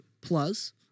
plus